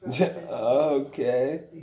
Okay